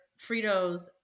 Fritos